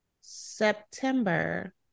September